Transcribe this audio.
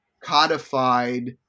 codified